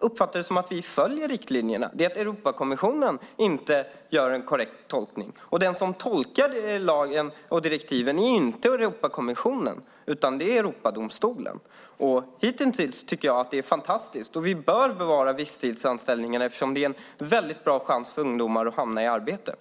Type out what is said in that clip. uppfattar att vi följer riktlinjerna. Det är Europakommissionen som inte gör en korrekt tolkning. Den som ska tolka lagen och direktiven är inte Europakommissionen utan Europadomstolen. Hitintills tycker jag att det är fantastiskt. Vi bör bevara visstidsanställningarna eftersom de är en bra chans för ungdomar att komma i arbete.